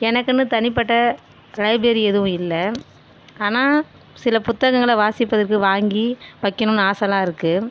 எனக்குன்னு தனிப்பட்ட லைப்ரரி எதுவும் இல்லை ஆனால் சில புத்தகங்களை வாசிப்பதற்கு வாங்கி வைக்கணுன்னு ஆசைல்லாம் இருக்கு